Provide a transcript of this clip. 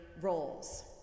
roles